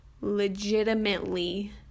legitimately